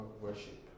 worship